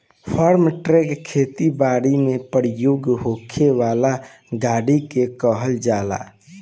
form truck खेती बारी में प्रयोग होखे वाला गाड़ी के कहल जाला